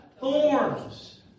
thorns